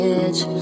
edge